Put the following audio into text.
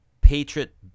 Patriot